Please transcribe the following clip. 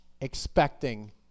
Expecting